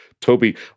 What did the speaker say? Toby